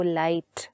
light